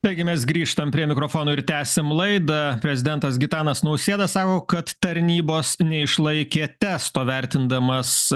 taigi mes grįžtam prie mikrofono ir tęsiam laidą prezidentas gitanas nausėda sako kad tarnybos neišlaikė testo vertindamas